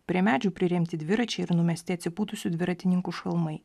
prie medžių priremti dviračiai ir numesti atsipūtusių dviratininkų šalmai